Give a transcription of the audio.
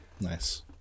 nice